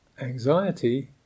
anxiety